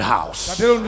house